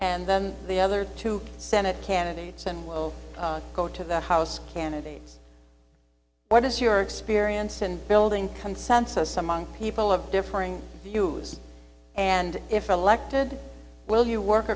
and then the other two senate candidates and we'll go to the house candidates what is your experience in building consensus among people of differing views and if elected will you work